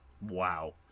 Wow